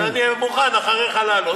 אני מוכן אחריך לעלות,